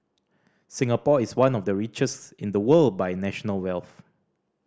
Singapore is one of the richest in the world by national wealth